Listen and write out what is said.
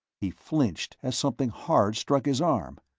he flinched as something hard struck his arm.